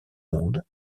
monde